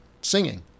singing